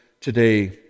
Today